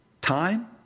Time